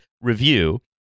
Review